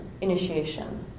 initiation